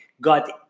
got